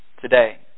today